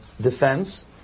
defense